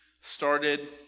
started